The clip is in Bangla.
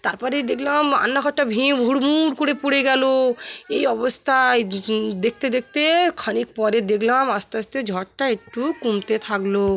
তার পরে দেখলাম রান্নাঘরটা ভেঙে হুড়মুড় করে পড়ে গেল এই অবস্থায় দেখতে দেখতে খানিক পরে দেখলাম আস্তে আস্তে ঝড়টা একটু কমতে থাকল